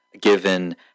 given